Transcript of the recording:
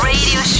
Radio